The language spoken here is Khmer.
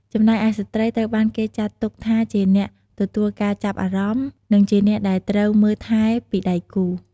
ចំណែកឯស្ត្រីត្រូវបានគេចាត់ទុកថាជាអ្នក ទទួលការចាប់អារម្មណ៍ និងជាអ្នកដែលត្រូវ មើលថែ ពីដៃគូ។